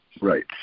right